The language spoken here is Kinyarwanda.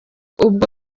ubwo